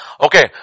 Okay